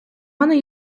мене